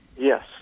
Yes